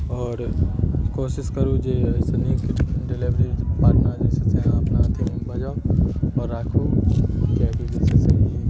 और कोशिश करू जे एहिसँ नीक डीलेवरी पार्टनर जे छै से अहाँ अपना अथी बजाउ आओर राखू किएकि जे छै से ई